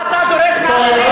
מה שאתה דורש מאחרים, חבר